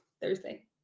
Thursday